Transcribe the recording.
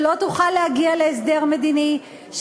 שלא תוכל להגיע להסדר מדיני,